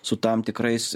su tam tikrais